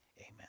amen